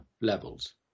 levels